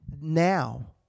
Now